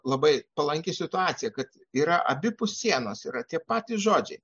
labai palanki situacija kad yra abipus sienos yra tie patys žodžiai